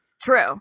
true